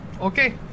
Okay